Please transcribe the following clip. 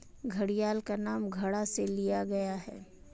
घड़ियाल का नाम घड़ा से लिया गया है